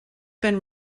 been